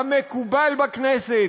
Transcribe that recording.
כמקובל בכנסת,